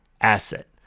asset